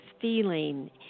feeling